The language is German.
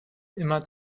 immer